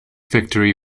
victory